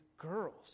girls